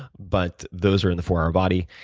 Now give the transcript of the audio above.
but those are in the four hour body.